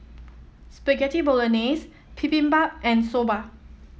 Spaghetti Bolognese Bibimbap and Soba